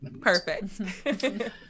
Perfect